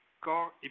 core